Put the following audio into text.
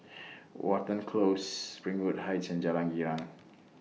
Watten Close Springwood Heights and Jalan Girang